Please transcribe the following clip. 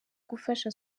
gufasha